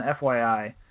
FYI